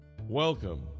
Welcome